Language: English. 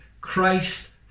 Christ